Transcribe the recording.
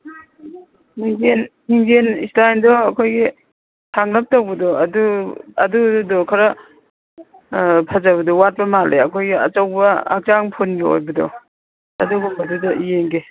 ꯝꯤꯡꯁꯦꯟ ꯃꯤꯡꯁꯦꯟ ꯁ꯭ꯇꯥꯏꯂꯗꯣ ꯑꯩꯈꯣꯏꯒꯤ ꯁꯥꯡꯂꯞ ꯇꯧꯕꯗꯣ ꯑꯗꯨ ꯑꯗꯨꯗꯣ ꯈꯔ ꯐꯖꯕꯗꯣ ꯋꯥꯠꯄ ꯃꯥꯜꯂꯦ ꯑꯩꯈꯣꯏꯒꯤ ꯑꯆꯧꯕ ꯍꯛꯆꯥꯡ ꯐꯨꯜꯒꯤ ꯑꯣꯏꯕꯗꯣ ꯑꯗꯨꯒꯨꯝꯕꯗꯨꯗ ꯌꯦꯡꯒꯦ